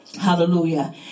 Hallelujah